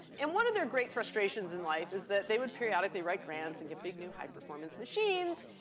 and one of their great frustrations in life is that they would periodically write grants and get big, new, high performance machines.